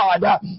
God